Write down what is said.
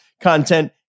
content